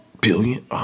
billion